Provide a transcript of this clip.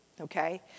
Okay